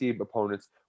opponents